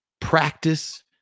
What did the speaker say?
practice